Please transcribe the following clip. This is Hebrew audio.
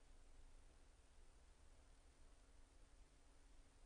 מר שלמון, סבלנות, ניתן לך